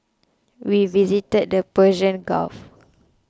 we visited the Persian Gulf